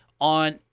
on